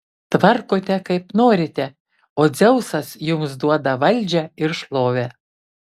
tvarkote kaip norite o dzeusas jums duoda valdžią ir šlovę